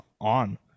on